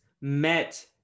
met